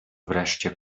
wreszcie